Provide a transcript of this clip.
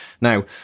Now